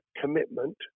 commitment